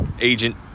agent